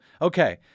Okay